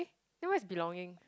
then where is belonging